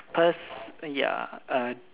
pers~ uh ya